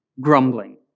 Grumbling